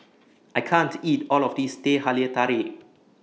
I can't eat All of This Teh Halia Tarik